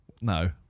No